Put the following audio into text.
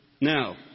Now